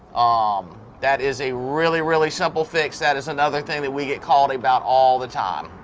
um that is a really really simple fix that is another thing that we get called about all the time.